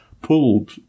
pulled